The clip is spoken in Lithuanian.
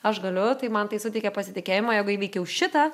aš galiu tai man tai suteikia pasitikėjimą jeigu įveikiau šitą